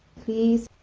please,